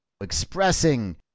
expressing